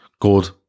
good